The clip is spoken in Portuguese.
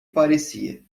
parecia